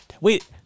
Wait